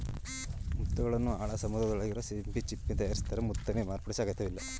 ಮುತ್ತುಗಳನ್ನು ಆಳ ಸಮುದ್ರದೊಳಗಿರುವ ಸಿಂಪಿ ಚಿಪ್ಪು ತಯಾರಿಸ್ತವೆ ಮುತ್ತನ್ನು ಮಾರ್ಪಡಿಸುವ ಅಗತ್ಯವಿಲ್ಲ